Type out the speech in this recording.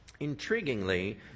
Intriguingly